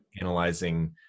analyzing